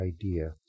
idea